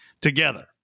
together